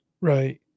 Right